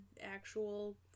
actual